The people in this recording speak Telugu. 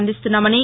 అందిస్తున్నామని